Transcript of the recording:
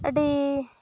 ᱟᱹᱰᱤ